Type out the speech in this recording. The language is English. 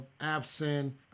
absent